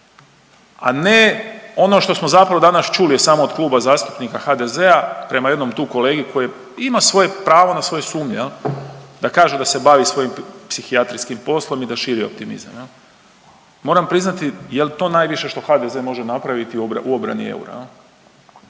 a ne ono što smo zapravo danas čuli od samog Kluba zastupnika HDZ-a prema jednom tu kolegi koji ima svoje pravo na svoju sumnju jel da kaže da se bavi svojim psihijatrijskim poslom i da širi optimizam jel. Moram priznati jel to najviše što HDZ može napraviti u obrani eura